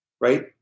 Right